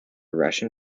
russian